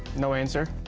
no answer.